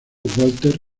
walter